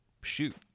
shoot